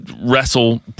Wrestle